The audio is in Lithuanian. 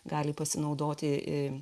gali pasinaudoti